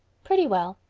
pretty well.